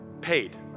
paid